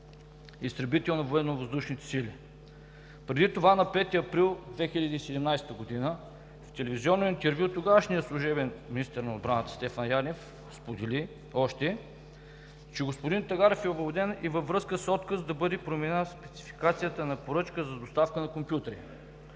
Преди това на 5 април 2017 г. в телевизионно интервю тогавашният служебен министър на отбраната, Стефан Янев сподели още, че господин Тагарев е уволнен и във връзка с отказ да бъде променена спецификацията на поръчка за доставка на компютри.